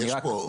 יש פה.